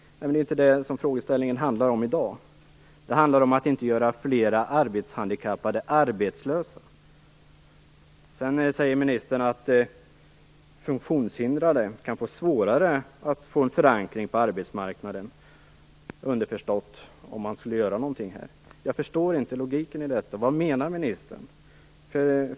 Men det är ju inte det frågan handlar om i dag! Det handlar om att inte göra fler arbetshandikappade arbetslösa. Sedan sade ministern att funktionshindrade kan få svårare att få en förankring på arbetsmarknaden, underförstått om man gjorde något här. Jag förstår inte logiken i detta. Vad menar ministern?